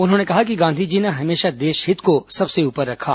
उन्होंने कहा कि गांधीजी ने हमेशा देशहित को सबसे ऊपर रखा